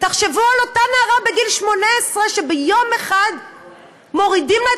תחשבו על אותה נערה בגיל 18 שביום אחד מורידים לה את